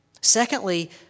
Secondly